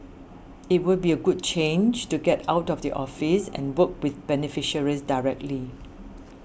it would be a good change to get out of the office and work with beneficiaries directly